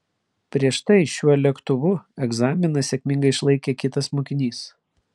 prieš tai šiuo lėktuvu egzaminą sėkmingai išlaikė kitas mokinys